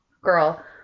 girl